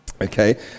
Okay